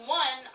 one